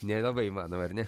nelabai įmanoma ar ne